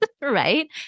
Right